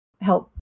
help